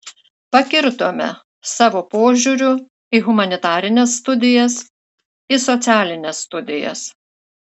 pakirtome savo požiūriu į humanitarines studijas į socialines studijas